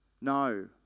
no